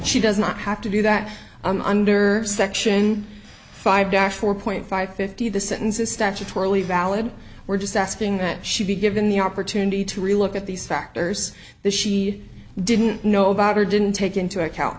she does not have to do that i'm under section five dash four point five fifty the sentence is statutorily valid we're just asking that she be given the opportunity to relook at these factors that she didn't know about or didn't take into account